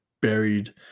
buried